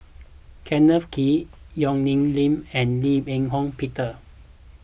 Kenneth Kee Yong Nyuk Lin and Lim Eng Hock Peter